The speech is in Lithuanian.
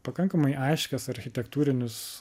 pakankamai aiškius architektūrinius